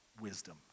wisdom